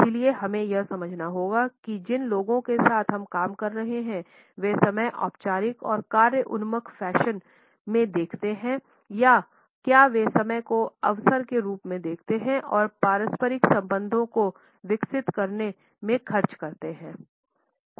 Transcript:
इसलिए हमें यह समझना होगा कि जिन लोगों के साथ हम काम करते हैं वे समय औपचारिक और कार्य उन्मुख फैशन में देखते हैं या क्या वे समय को अवसर के रूप में देखते हैं और पारस्परिक संबंधों को विकसित करने में खर्च करते हैं